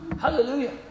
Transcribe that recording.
Hallelujah